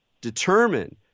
Determine